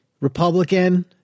Republican